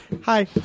Hi